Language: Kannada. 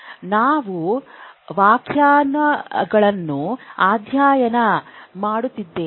ನಾವು ವ್ಯಾಖ್ಯಾನಗಳನ್ನು ಅಧ್ಯಯನ ಮಾಡುತ್ತಿದ್ದೇವೆ